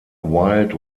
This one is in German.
wild